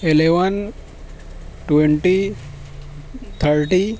eleven twenty thirty